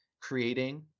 creating